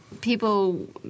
people